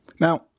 Now